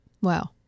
Wow